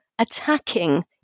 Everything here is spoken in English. attacking